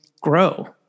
grow